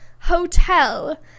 hotel